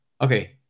okay